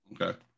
Okay